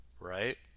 right